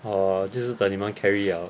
err 就是等你们 carry 了